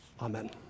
Amen